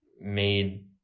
made